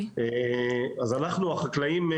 אז אנחנו החקלאים,